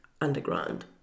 underground